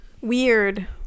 Weird